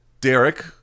Derek